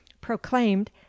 proclaimed